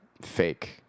fake